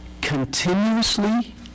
continuously